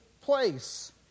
place